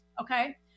okay